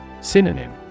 Synonym